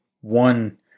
one